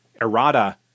errata